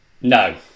No